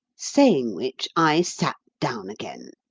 saying which, i sat down again.